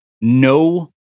no